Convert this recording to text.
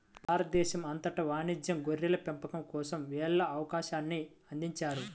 భారతదేశం అంతటా వాణిజ్య గొర్రెల పెంపకం కోసం వెళ్ళే అవకాశాన్ని అందించారు